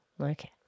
Okay